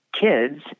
kids